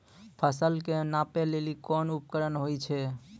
फसल कऽ नापै लेली कोन उपकरण होय छै?